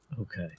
Okay